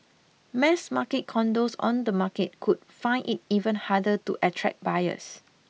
mass market condos on the market could find it even harder to attract buyers